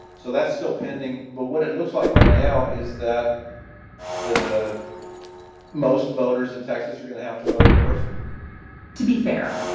so that's still pending. but what it looks like right now is that the most voters in texas are going to have to vote in person to be fair,